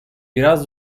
biraz